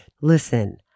Listen